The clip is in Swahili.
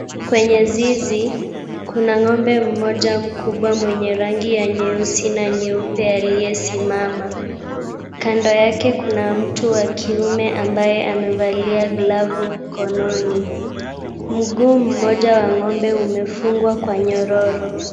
Kwenye zizi, kuna ng'ombe mmoja mkubwa mwenye rangi ya nyeusi na nyeupe aliyesimama. Kando yake kuna mtu wa kiume ambaye amevalia glavu mkononi. Mguu mmoja wa ng'ombe umefungwa kwa nyororo.